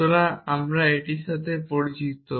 সুতরাং আমরা এটির সাথে পরিচিত